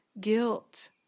Guilt